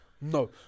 No